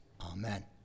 Amen